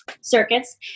circuits